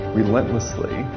relentlessly